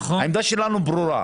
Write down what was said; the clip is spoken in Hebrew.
העמדה שלנו ברורה,